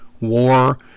war